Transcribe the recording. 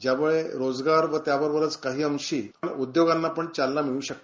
ज्यामुळे रोजगार व त्याबरोबररच काही अंशी उद्योगांना पण चालना मिळू शकते